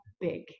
big